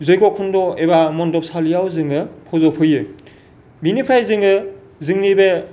जैग'खुन्द' एबा मन्डबसालियाव जोङो फज'फैयो बेनिफ्राय जोङो जोंनि बे